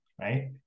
right